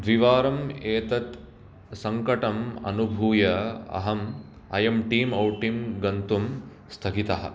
द्विवारम् एतत् सङ्कडम् अनुभूय अहम् अयं टीम् औटिङ्ग् गन्तुं स्थगितः